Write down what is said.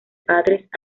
padres